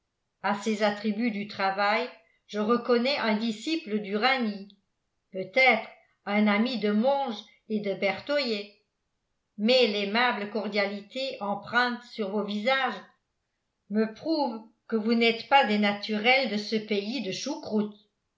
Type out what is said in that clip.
à ces attributs du travail je reconnais un disciple d'uranie peutêtre un ami de monge et de berthollet mais l'aimable cordialité empreinte sur vos visages me prouve que vous n'êtes pas des naturels de ce pays de choucroute